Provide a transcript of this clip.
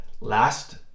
last